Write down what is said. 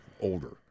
older